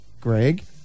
Greg